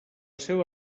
seua